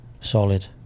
Solid